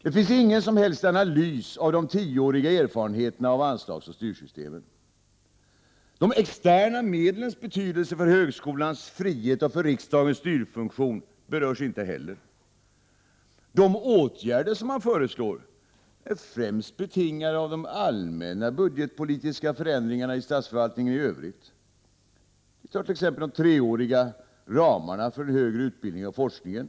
Det finns ingen som helst analys av de tioåriga erfarenheterna av styroch anslagssystemen. De externa medlens betydelse för högskolans frihet och för riksdagens styrfunktion berörs inte heller. De åtgärder som man förslår är främst betingade av de allmänna budgetpolitiska förändringarna i statsförvaltningen i övrigt. Ta till exempel de treåriga ramarna för den högre utbildningen och forskningen.